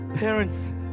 Parents